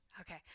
Okay